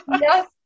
Yes